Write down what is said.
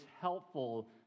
helpful